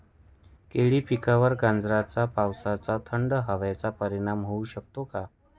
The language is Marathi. केळी पिकावर गाराच्या पावसाचा, थंड हवेचा परिणाम होऊ शकतो का?